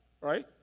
right